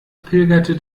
pilgerte